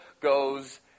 goes